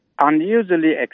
Unusually